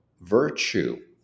virtue